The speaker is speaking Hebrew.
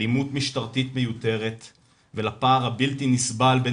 אלימות משטרתית מיותרת ולפער הבלתי נסבל בין